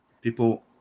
people